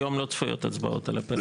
היום לא צפויות הצבעות על הפרק,